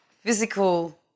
Physical